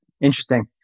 Interesting